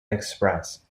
express